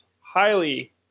Highly